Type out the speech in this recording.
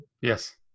Yes